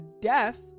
death